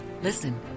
Listen